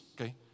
Okay